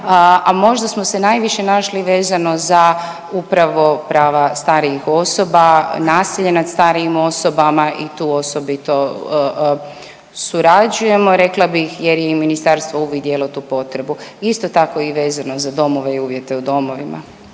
a možda smo se najviše našli vezano za upravo prava starijih osoba, nasilje nad starijim osobama i tu osobito surađujemo rekla bih jer je i ministarstvo uvidjelo tu potrebu. Isto tako i vezano za domove i uvjete u domovima.